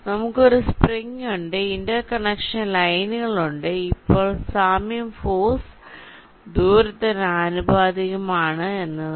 നമുക്ക് ഒരു സ്പ്രിങ് ഉണ്ട് ഇന്റർ കണക്ഷൻ ലൈനുകൾ ഉണ്ട് ഇപ്പോൾ സാമ്യം ഫോഴ്സ് ദൂരത്തിനു ആനുപാതികമാണ് എന്നതാണ്